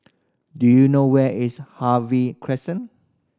do you know where is Harvey Crescent